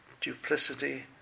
duplicity